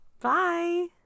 Bye